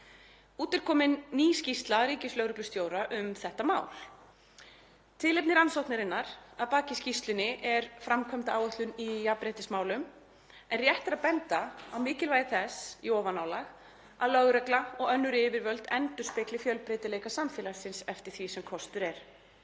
Út er komin ný skýrsla ríkislögreglustjóra um þetta mál. Tilefni rannsóknarinnar að baki skýrslunni er framkvæmdaáætlun í jafnréttismálum en rétt er að benda á mikilvægi þess í ofanálag að lögregla og önnur yfirvöld endurspegli fjölbreytileika samfélagsins eftir því sem kostur er.